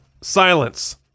Silence